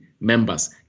members